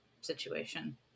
situation